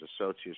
associates